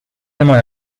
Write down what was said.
tema